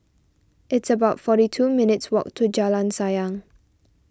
it's about forty two minutes' walk to Jalan Sayang